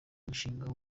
mushinga